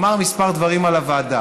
אומר כמה דברים על הוועדה.